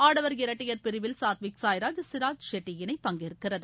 ஆடவர் இரட்டையர் பிரிவில் சாத்விக் சாய்ராஜ் சிராஜ் செட்டி இணை பங்கேற்கிறது